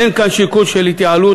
אין כאן שיקול של התייעלות.